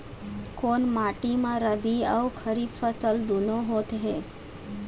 कोन माटी म रबी अऊ खरीफ फसल दूनों होत हे?